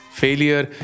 failure